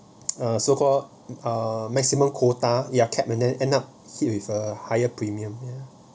uh so called uh maximum quota ya capped in it and end up hit with a higher premium